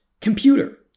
computer